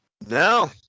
No